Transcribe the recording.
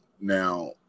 Now